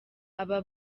aba